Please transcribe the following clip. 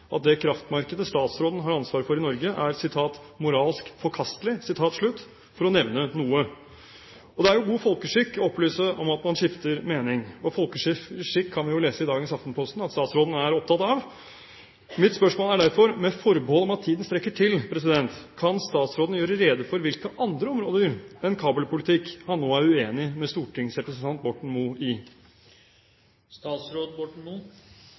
at det kraftmarkedet statsråden har ansvar for i Norge, er «moralsk forkastelig», for å nevne noe. Det er god folkeskikk å opplyse om at man skifter mening, og folkeskikk kan vi jo lese i dagens Aftenposten at statsråden er opptatt av. Mitt spørsmål er derfor: Med forbehold om at tiden strekker til, kan statsråden gjøre rede for på hvilke andre områder enn kabelpolitikk han nå er uenig med stortingsrepresentanten Borten